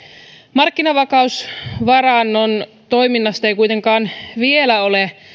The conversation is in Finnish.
markkinavakausvarannon toiminnasta ei kuitenkaan vielä ole